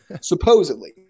supposedly